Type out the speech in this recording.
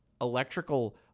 electrical